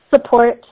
support